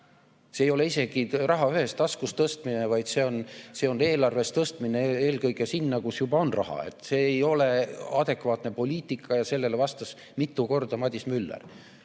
See ei ole isegi raha ühest taskust teise tõstmine, vaid see on eelarves raha tõstmine eelkõige sinna, kus juba on raha. See ei ole adekvaatne poliitika ja sellele vastas mitu korda Madis Müller.